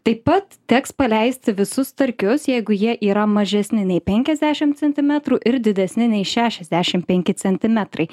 taip pat teks paleisti visus starkius jeigu jie yra mažesni nei penkiasdešimt centimetrų ir didesni nei šešiasdešimt penki centimetrai